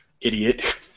idiot